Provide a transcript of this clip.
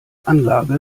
anlage